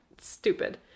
stupid